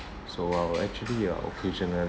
so I will actually uh occasionally